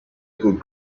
good